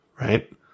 right